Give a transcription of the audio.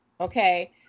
okay